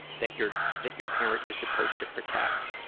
that your that your parent is supposed to protect.